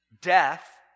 death